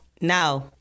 No